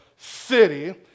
City